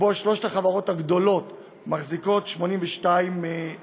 שבו שלוש החברות הגדולות מחזיקות ב-82%.